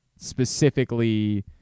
specifically